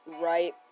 right